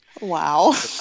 Wow